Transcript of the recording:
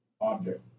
object